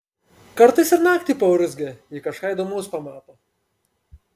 kartais ir naktį paurzgia jei kažką įdomaus pamato